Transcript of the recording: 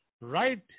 right